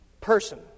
person